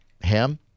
Ham